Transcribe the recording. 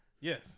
Yes